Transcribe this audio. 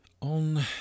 on